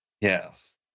Yes